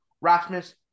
Rasmus